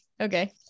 Okay